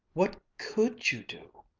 what could you do?